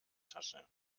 tasche